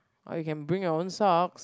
or you can bring your own sock